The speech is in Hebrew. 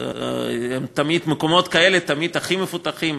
תמיד מקומות כאלה הם הכי מפותחים,